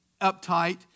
uptight